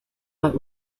what